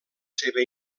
seva